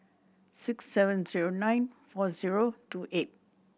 six seven zero nine four zero two eight